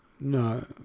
No